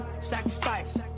Sacrifice